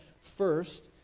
first